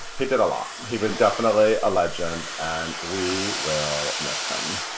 he did a lot, and he was definitely a legend and we will miss him.